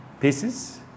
pieces